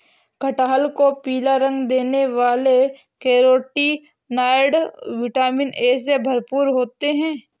कटहल को पीला रंग देने वाले कैरोटीनॉयड, विटामिन ए से भरपूर होते हैं